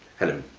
helen.